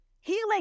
Healing